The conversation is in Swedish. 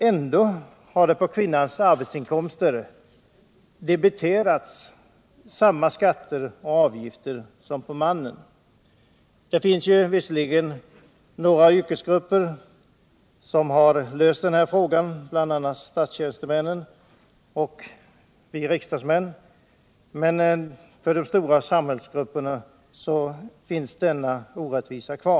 Ändå har det på kvinnans arbetsinkomster debiterats samma skatter och avgifter som på mannens. Det finns visserligen vissa grupper som har löst den här frågan, bl.a. statstjänstemännen och vi riksdagsmän, men för de flesta grupper kvarstår denna orättvisa.